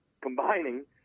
combining